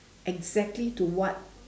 exactly to what